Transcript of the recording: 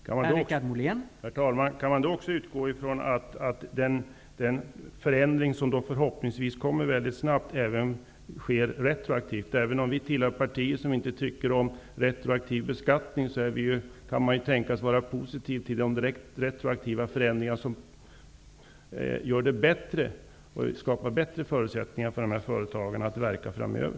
Herr talman! Kan man också utgå ifrån att den förändring som förhoppningsvis kommer väldigt snabbt även sker retroaktivt. Även om vi tillhör ett parti som inte tycker om retroaktiv beskattning, kan man ju tänka sig att vara positiv till retroaktiva förändringar som skapar bättre förutsättningar för de här företagarna att verka framöver.